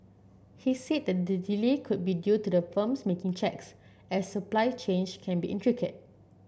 he said the delay could be due to the firms making checks as supply chains can be intricate